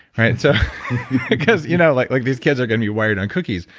so because you know like like these kids are going to be wired on cookies.